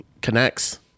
connects